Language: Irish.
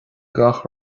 gach